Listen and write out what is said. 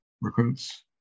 recruits